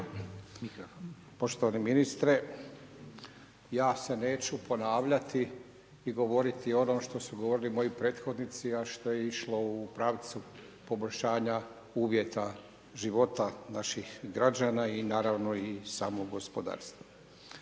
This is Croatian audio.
Poštovani ministre, ja se neću ponavljati i govoriti o onom što su govorili moji prethodnici a što je išlo u pravcu poboljšanja uvjeta života naših građana i naravno i samog gospodarstva.